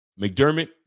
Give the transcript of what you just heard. McDermott